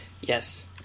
Yes